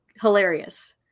Hilarious